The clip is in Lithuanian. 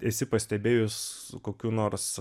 esi pastebėjus kokių nors